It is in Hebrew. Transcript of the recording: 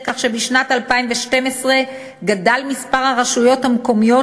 כך שבשנת 2012 גדל מספר הרשויות המקומיות